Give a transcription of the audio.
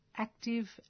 active